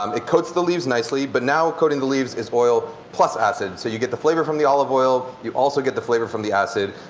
um it coats the leaves nicely, but now coating the leaves is oil plus acid. so you get the flavor from the olive oil, you also get the flavor from the acid.